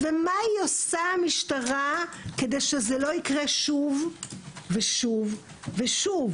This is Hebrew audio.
ומה המשטרה עושה כדי שזה לא יקרה שוב ושוב ושוב?